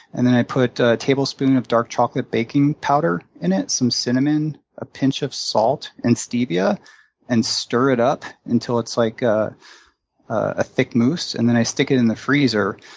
and then i put a tablespoon of dark chocolate baking powder in it, some cinnamon, a pinch of salt, and stevia and stir it up until it's like ah a thick mousse, and then i stick it in the freezer.